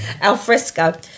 alfresco